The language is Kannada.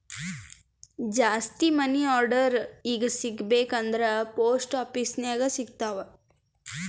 ಜಾಸ್ತಿ ಮನಿ ಆರ್ಡರ್ ಈಗ ಸಿಗಬೇಕ ಅಂದುರ್ ಪೋಸ್ಟ್ ಆಫೀಸ್ ನಾಗೆ ಸಿಗ್ತಾವ್